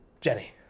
Jenny